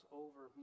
over